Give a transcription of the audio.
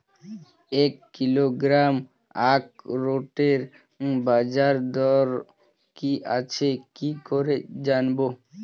এক কিলোগ্রাম আখরোটের বাজারদর কি আছে কি করে জানবো?